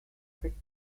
fit